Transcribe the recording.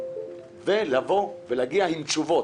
שתבוא ותגיע עם תשובות.